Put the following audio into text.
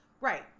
Right